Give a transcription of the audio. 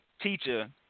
teacher